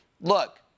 Look